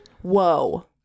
Whoa